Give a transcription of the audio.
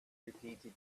repeated